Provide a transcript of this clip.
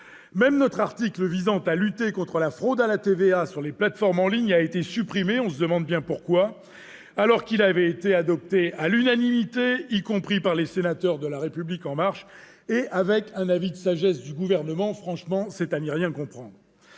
Même notre article visant à lutter contre la fraude à la TVA sur les plateformes en ligne a été supprimé, alors qu'il avait été adopté à l'unanimité, y compris donc par les sénateurs de La République En Marche, avec un avis de sagesse du Gouvernement ! C'est à n'y rien comprendre